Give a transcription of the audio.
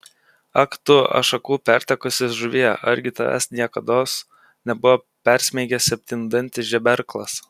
ak tu ašakų pertekusi žuvie argi tavęs niekados nebuvo persmeigęs septyndantis žeberklas